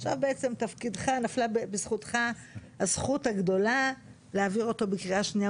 עכשיו נפלה בזכותך הזכות הגדולה להעביר אותו בקריאה שנייה